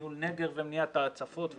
ניהול נגר ומניעת ההצפות וכו',